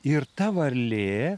ir ta varlė